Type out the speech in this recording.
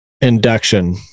induction